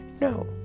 No